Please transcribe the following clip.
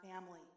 family